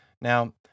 Now